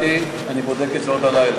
רשמתי, ואני אבדוק את זה עוד הלילה.